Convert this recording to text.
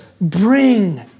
bring